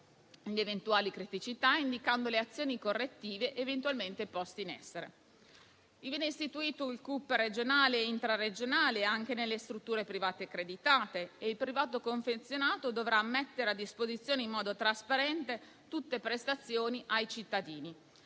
eventuali criticità, indicando le azioni correttive da porre in essere. Viene istituito il CUP regionale e intraregionale anche nelle strutture private accreditate. Il privato convenzionato dovrà mettere a disposizione in modo trasparente tutte le prestazioni ai cittadini.